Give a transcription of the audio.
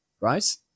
right